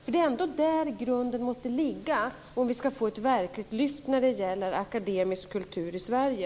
Det är ändå där grunden måste ligga om vi ska få ett verkligt lyft när det gäller akademisk kultur i Sverige.